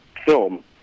film